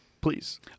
Please